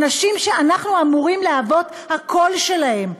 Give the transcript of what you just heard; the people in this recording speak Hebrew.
אנשים שאנחנו אמורים להיות הקול שלהם.